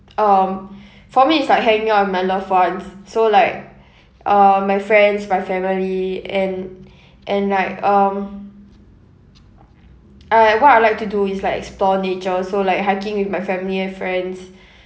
um for me it's like hanging out with my loved ones so like uh my friends my family and and like um I what I like to do is like explore nature so like hiking with my family and friends